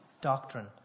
doctrine